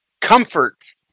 Comfort